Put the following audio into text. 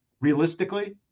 realistically